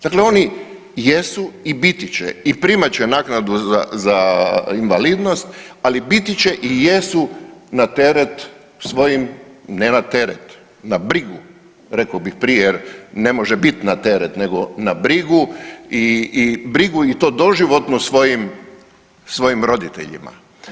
Dakle, oni jesu i biti će i primat će naknadu za invalidnost, ali biti će i jesu na teret svojim, ne na teret na brigu rekao bih prije jer ne može bit na teret nego na brigu i to doživotno svojim roditeljima.